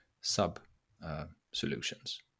sub-solutions